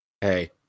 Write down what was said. Hey